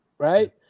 Right